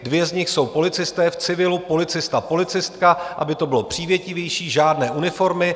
Dvě z nich jsou policisté v civilu, policista, policistka, aby to bylo přívětivější, žádné uniformy.